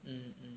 mm mm